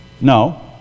No